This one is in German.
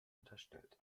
unterstellt